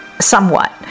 Somewhat